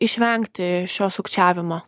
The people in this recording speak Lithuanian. išvengti šio sukčiavimo